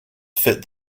fit